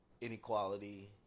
inequality